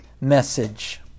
message